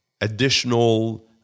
additional